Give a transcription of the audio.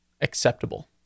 acceptable